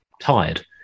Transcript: tired